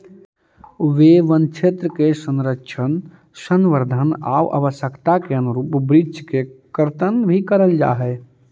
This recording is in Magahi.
वे वनक्षेत्र के संरक्षण, संवर्धन आउ आवश्यकता के अनुरूप वृक्ष के कर्तन भी करल जा हइ